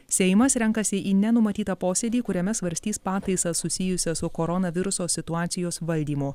seimas renkasi į nenumatytą posėdį kuriame svarstys pataisas susijusias su koronaviruso situacijos valdymu